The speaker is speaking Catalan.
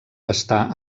està